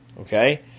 okay